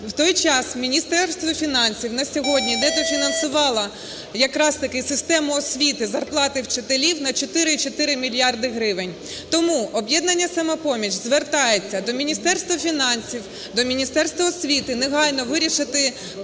в той час Міністерство фінансів на сьогодні не дофінансувало якраз-таки систему освіти, зарплати вчителів на 4,4 мільярда гривень. Тому "Об'єднання "Самопоміч" звертається до Міністерства фінансів, до Міністерства освіти негайно вирішити